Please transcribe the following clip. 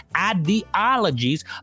ideologies